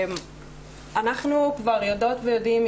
אנחנו כבר יודעות ויודעים,